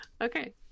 Okay